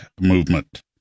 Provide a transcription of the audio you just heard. movement